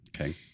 okay